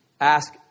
ask